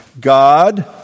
God